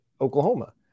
Oklahoma